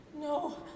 No